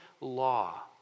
law